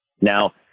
Now